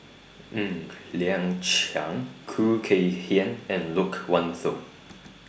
Ng Liang Chiang Khoo Kay Hian and Loke Wan Tho